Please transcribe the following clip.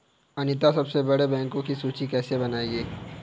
अनीता सबसे बड़े बैंकों की सूची कैसे बनायेगी?